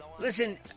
Listen